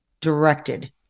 directed